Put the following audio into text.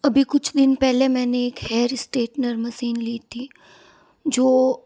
अभी कुछ दिन पहले मैंने एक हेयर स्ट्रेटनर मसीन ली थी जो